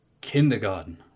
Kindergarten